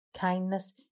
kindness